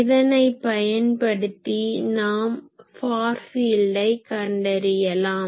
இதனை பயன்படுத்தி நாம் ஃபார் ஃபீல்டை கண்டறியலாம்